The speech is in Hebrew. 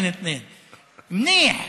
922. נכון,